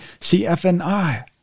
CFNI